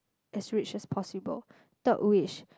as rich as possible third wish